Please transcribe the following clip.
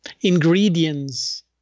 ingredients